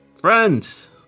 Friends